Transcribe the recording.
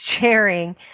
sharing